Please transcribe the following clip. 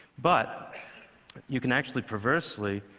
but you can actually perversely